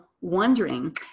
wondering